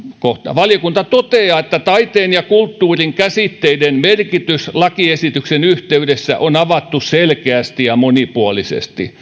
valiokunta toteaa että taiteen ja kulttuurin käsitteiden merkitys lakiesityksen yhteydessä on avattu selkeästi ja monipuolisesti